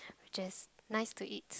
which is nice to eat